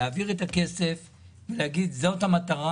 לא להעביר את הכסף ולהגיד: זאת המטרה,